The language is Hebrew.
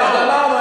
לא,